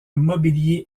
mobilier